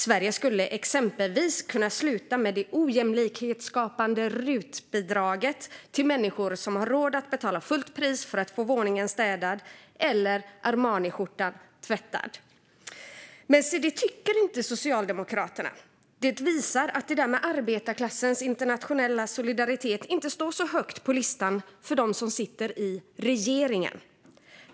Sverige skulle exempelvis kunna sluta med de ojämlikhetsskapande rutbidragen till människor som har råd att betala fullt pris för att få våningen städad eller Armaniskjortan tvättad. Men se, det tycker inte Socialdemokraterna! Det visar att det där med arbetarklassens internationella solidaritet inte står så högt upp på listan för dem som sitter i regeringen.